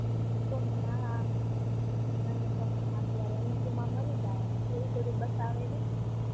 અનુપમાંમાં અનુપમામાં અત્યારે અનુપમા મરી જાવાની છે એવું બધુ બતાવે હે